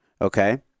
Okay